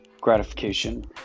gratification